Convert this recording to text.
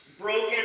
broken